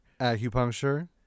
Acupuncture